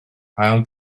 ail